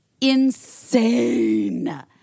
insane